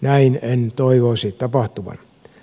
näin en toivoisi tapahtuvan